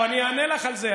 אני אענה לך על זה.